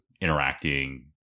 interacting